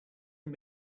not